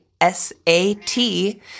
S-A-T